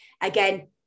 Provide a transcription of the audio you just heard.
again